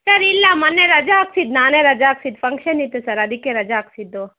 sir ಇಲ್ಲ ಮೊನ್ನೆ ರಜೆ ಹಾಕ್ಸಿದ್ ನಾನೇ ರಜೆ ಹಾಕ್ಸಿದ್ ಫಂಕ್ಷನ್ ಇತ್ತು ಸರ್ ಅದಕ್ಕೆ ರಜೆ ಹಾಕ್ಸಿದ್ದು